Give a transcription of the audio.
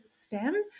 STEM